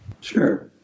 Sure